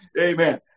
Amen